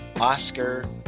Oscar